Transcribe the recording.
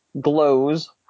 glows